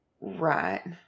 Right